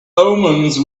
omens